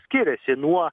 skiriasi nuo